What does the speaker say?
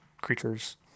creatures